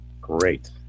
Great